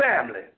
family